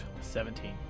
Seventeen